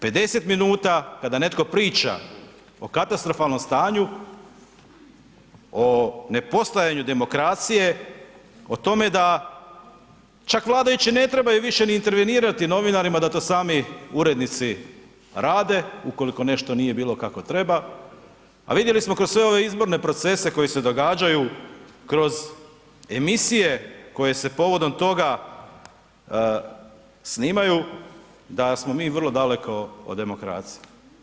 50 minuta kada netko priča o katastrofalnom stanju, o nepostojanju demokracije, o tome da čak vladajući ne trebaju više ni intervenirati novinarima da to sami urednici rade ukoliko nešto nije bilo kako treba a vidjeli smo kroz sve ove izborne procese koji se događaju, kroz emisije koje se povodom toga snimaju, da smo mi vrlo daleko od demokracije.